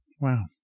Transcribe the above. Wow